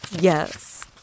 yes